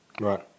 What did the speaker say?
Right